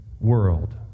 world